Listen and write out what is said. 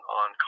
on